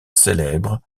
célèbre